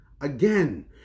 again